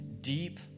deep